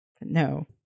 No